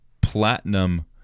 Platinum